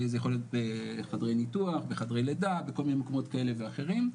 זה יכול להיות חדרי ניתוח וחדרי לידה וכל מיני מקומות כאלה ואחרים.